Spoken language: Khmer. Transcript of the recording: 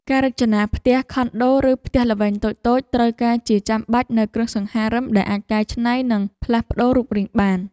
ការរចនាផ្ទះខុនដូឬផ្ទះល្វែងតូចៗត្រូវការជាចាំបាច់នូវគ្រឿងសង្ហារិមដែលអាចកែច្នៃនិងផ្លាស់ប្តូររូបរាងបាន។